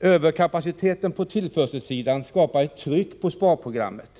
Överkapaciteten på tillförselsidan skapar ett tryck på sparprogrammet.